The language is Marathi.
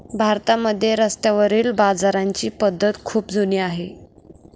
भारतामध्ये रस्त्यावरील बाजाराची पद्धत खूप जुनी आहे